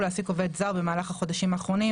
להעסיק עובד זר במהלך החודשים האחרונים,